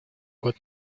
год